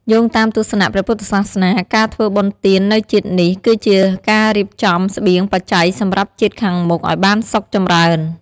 យោងតាមទស្សនៈព្រះពុទ្ធសាសនា ការធ្វើបុណ្យទាននៅជាតិនេះ គឺជាការរៀបចំស្បៀងបច្ច័យសម្រាប់ជាតិខាងមុខឲ្យបានសុខចម្រើន។